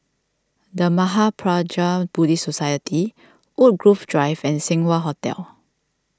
the Mahaprajna Buddhist Society Woodgrove Drive and Seng Wah Hotel